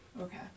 Okay